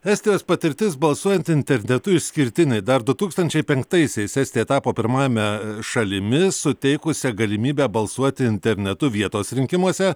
estijos patirtis balsuojant internetu išskirtinė dar du tūkstančiai penktaisiais estija etapo pirmajame šalimi suteikusia galimybę balsuoti internetu vietos rinkimuose